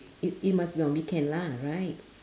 it it must be on weekend lah right